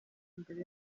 mbere